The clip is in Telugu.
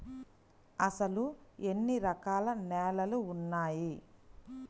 అసలు ఎన్ని రకాల నేలలు వున్నాయి?